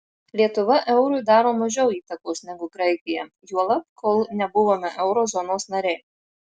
lietuva eurui daro mažiau įtakos negu graikija juolab kol nebuvome euro zonos nariai